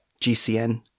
GCN